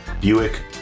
Buick